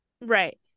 right